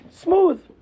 Smooth